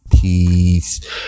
peace